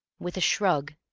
with a shrug,